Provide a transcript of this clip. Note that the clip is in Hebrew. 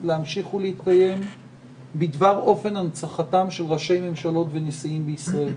להמשיך ולהתקיים בדבר אופן הנצחתם של ראשי ממשלות ונשיאים בישראל.